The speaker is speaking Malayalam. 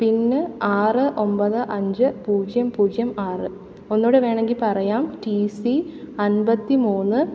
പിന്നെ ആറ് ഒൻപത് അഞ്ചു പൂജ്യം പൂജ്യം ആറ് ഒന്നൂ കൂടി വേണമെങ്കിൽ പറയാം ടീ സി അൻപത്തി മൂന്ന്